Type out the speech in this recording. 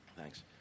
thanks